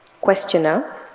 Questioner